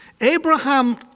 Abraham